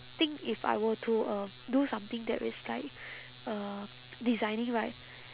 think if I were to uh do something there is like uh designing right